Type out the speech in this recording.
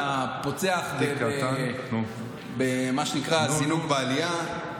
אתה פוצח במה שנקרא "זינוק בעלייה".